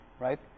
right